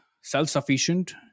self-sufficient